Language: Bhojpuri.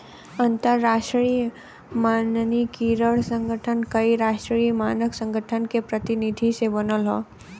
अंतरराष्ट्रीय मानकीकरण संगठन कई राष्ट्रीय मानक संगठन के प्रतिनिधि से बनल हौ